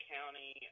County